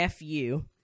FU